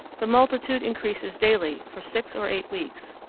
the multitude increases daily for six or eight weeks,